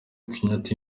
kenyatta